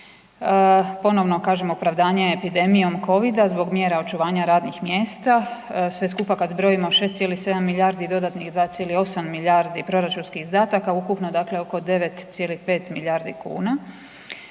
Ponovno kažem, opravdanje epidemijom COVID-a zbog mjera očuvanja radnih mjesta, sve skupa kad zbrojimo, 16,7 milijardi dodatnih, 2,8 milijardi proračunskih izdataka, ukupno dakle oko 9,5 milijardi kuna.